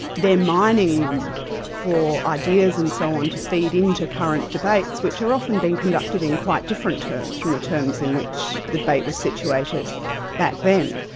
they're mining them for ideas and so on, to feed into current debates, which are often being conducted in quite different terms from the terms in which the debate was situated back then.